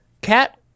cat